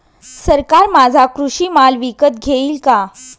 सरकार माझा कृषी माल विकत घेईल का?